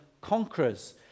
conquerors